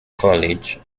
college